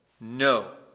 No